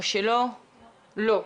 בוקר טוב.